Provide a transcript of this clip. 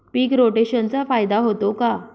पीक रोटेशनचा फायदा होतो का?